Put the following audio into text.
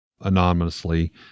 anonymously